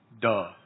duh